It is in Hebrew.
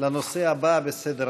תודה רבה, אדוני